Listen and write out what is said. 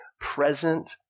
present